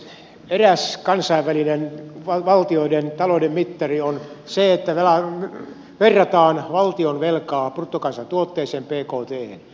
eräs kansainvälinen valtioiden talouden mittari on se että verrataan valtionvelkaa bruttokansantuotteeseen bkthen